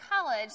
college